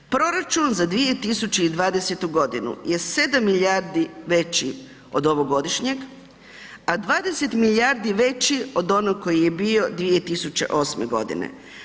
Proračun za 2020. godinu je 7 milijardi veći od ovogodišnjeg a 20 milijardi veći od onog koji je bio 2008. godine.